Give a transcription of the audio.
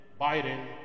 Biden